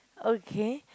okay